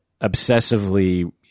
obsessively